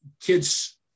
kids